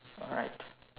alright